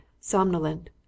somnolent